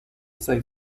say